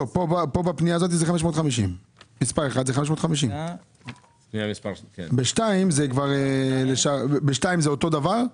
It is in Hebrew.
בפנייה הזאת זה 550. מספר 1 הוא 550. ב-2 זה אותו דבר?